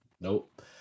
nope